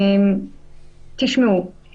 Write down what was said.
תשמעו,